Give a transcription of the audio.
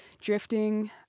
drifting